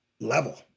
level